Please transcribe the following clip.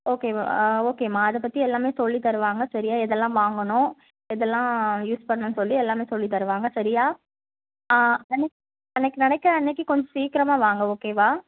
ஓகேவா ஆ ஓகேம்மா அதை பற்றி எல்லாமே சொல்லித் தருவாங்க சரியாக எதெல்லாம் வாங்கணும் எதெல்லாம் யூஸ் பண்ணணும்னு சொல்லி எல்லாமே சொல்லித் தருவாங்க சரியா ஆ அன்றைக் அன்றைக்கி நடக்கிற அன்றைக்கி கொஞ்சம் சீக்கிரமாக வாங்க ஓகேவா